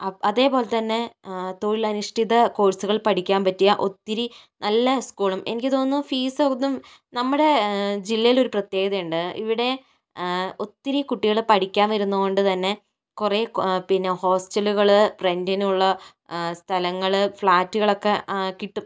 അപ്പോൾ അതേപോലെ തന്നെ തൊഴിലധിഷ്ഠിത കോഴ്സുകൾ പഠിക്കാൻ പറ്റിയ ഒത്തിരി നല്ല സ്കൂളും എനിക്ക് തോന്നുന്നു ഫീസ് ഒന്നും നമ്മുടെ ജില്ലയിൽ ഒരു പ്രത്യേകത ഉണ്ട് ഇവിടെ ഒത്തിരി കുട്ടികള് പഠിക്കാൻ വരുന്നത് കൊണ്ട് തന്നെ കുറേ പിന്നെ ഹോസ്റ്റലുകള് റെന്റിന് ഉള്ള സ്ഥലങ്ങള് ഫ്ലാറ്റുകൾ ഒക്കെ കിട്ടും